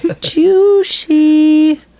Juicy